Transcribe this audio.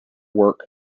work